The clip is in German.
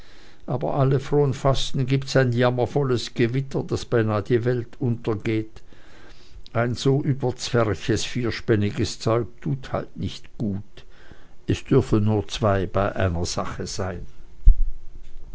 aber alle fronfasten gibt's ein jammervolles gewitter daß beinah die welt untergeht ein so überzwerches vierspänniges zeug tut halt nicht gut es dürfen nur zwei bei einer sach sein